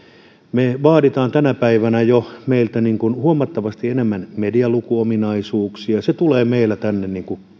me vaadimme tänä päivänä jo itseltämme huomattavasti enemmän medialukuominaisuuksia se tulee meillä tänne